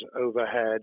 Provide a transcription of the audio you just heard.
overhead